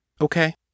Okay